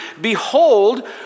behold